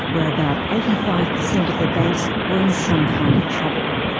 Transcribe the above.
where about eighty five percent of the banks were in some kind of trouble.